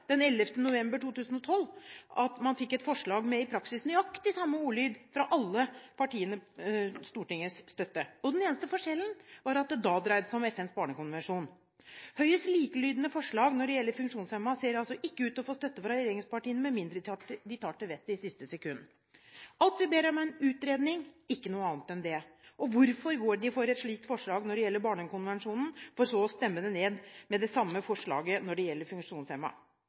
11. november 2012 – fikk et forslag med praktisk talt nøyaktig samme ordlyd støtte fra alle partiene på Stortinget. Den eneste forskjellen var at det da dreide seg om FNs barnekonvensjon. Høyres likelydende forslag når det gjeler funksjonshemmede ser altså ikke ut til å få støtte fra regjeringspartiene med mindre de tar til vettet i siste sekund. Alt vi ber om, er en utredning – ikke noe annet enn det. Hvorfor går de for et slikt forslag når det gjelder barnekonvensjonen, for så å stemme ned det samme forslaget når det gjelder